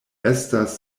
estas